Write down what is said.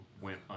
went